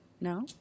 No